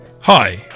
Hi